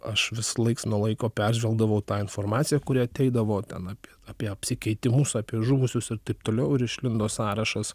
aš vis laiks nuo laiko peržvelgdavau tą informaciją kuri ateidavo ten apie apie apsikeitimus apie žuvusius ir taip toliau ir išlindo sąrašas